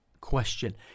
question